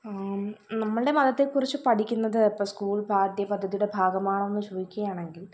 നമ്മളുടെ മതത്തെക്കുറിച്ച് പഠിക്കുന്നത് ഇപ്പം സ്കൂൾ പാഠ്യ പദ്ധതിയുടെ ഭാഗമാണോ എന്ന് ചോദിക്കുകയാണെങ്കിൽ